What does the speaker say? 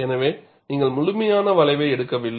எனவே நீங்கள் முழுமையான வளைவை எடுக்கவில்லை